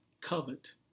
covet